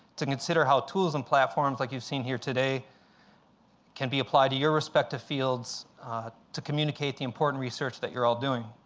to consider how tools and platforms like you've seen here today can be applied to your respective fields to communicate the important research that you're all doing.